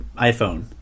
iPhone